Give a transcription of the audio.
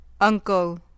uncle